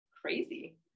crazy